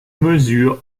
mesure